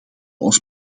ons